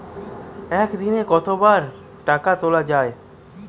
একদিনে কতবার টাকা তোলা য়ায়?